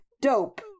dope